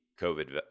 covid